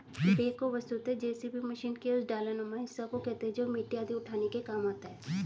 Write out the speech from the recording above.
backhoe वस्तुतः JCB machine के उस डालानुमा हिस्सा को कहते हैं जो मिट्टी आदि उठाने के काम आता है